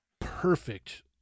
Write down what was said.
perfect